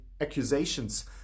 accusations